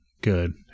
Good